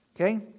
Okay